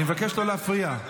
אני מבקש לא להפריע.